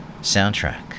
soundtrack